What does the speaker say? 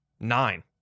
nine